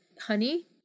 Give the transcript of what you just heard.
honey